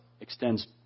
extends